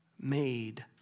made